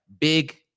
big